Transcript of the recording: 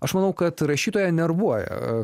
aš manau kad rašytoją nervuoja